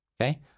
okay